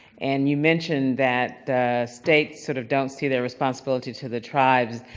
and you mentioned that states sort of don't see their responsibility to the tribes.